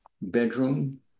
bedroom